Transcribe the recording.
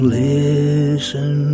listen